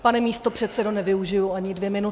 Pane místopředsedo, nevyužiji ani dvě minuty.